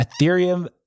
Ethereum